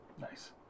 Nice